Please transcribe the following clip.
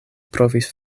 provis